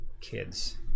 kids